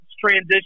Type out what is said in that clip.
Transition